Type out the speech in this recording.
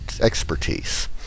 expertise